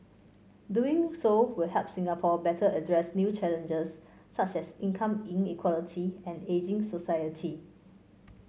doing so will help Singapore better address new challenges such as income inequality and ageing society